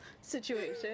situation